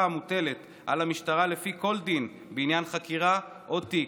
המוטלת על המשטרה לפי כל דין בעניין חקירה או תיק,